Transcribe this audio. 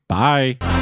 bye